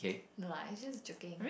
no lah I just joking